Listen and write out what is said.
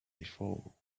before